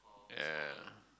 ya